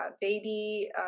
baby